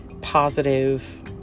positive